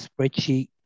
spreadsheet